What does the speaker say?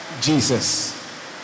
Jesus